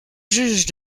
juge